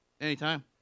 Anytime